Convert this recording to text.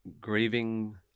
grieving